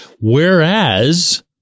whereas